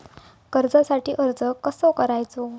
कर्जासाठी अर्ज कसो करायचो?